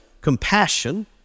compassion